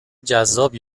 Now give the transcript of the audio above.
جذاب